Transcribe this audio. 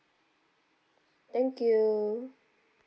thank you